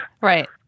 right